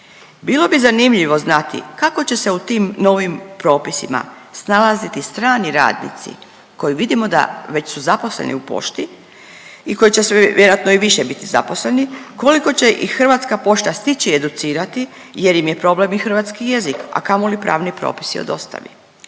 Bilo bi zanimljivo znati kako će se u tim novim propisima snalaziti strani radnici koji, vidimo da, već su zaposleni u pošti i koji će se vjerojatno i više biti zaposleni, koliko će i Hrvatska pošta stići educirati jer im je problem i hrvatski jezik, a kamoli pravni propisi o dostavi.